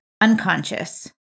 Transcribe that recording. unconscious